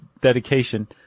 dedication